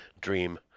dream